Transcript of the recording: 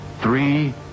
three